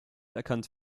erkannt